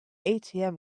atm